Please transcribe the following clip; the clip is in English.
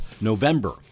November